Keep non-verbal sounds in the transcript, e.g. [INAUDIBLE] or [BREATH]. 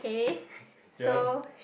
[BREATH] yup